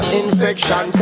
infection